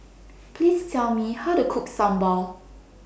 Please Tell Me How to Cook Sambal